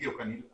בדיוק,